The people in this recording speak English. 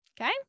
Okay